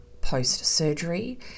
post-surgery